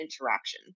interaction